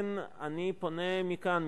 לכן אני פונה מכאן,